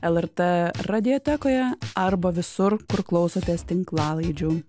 lrt radiotekoje arba visur kur klausotės tinklalaidžių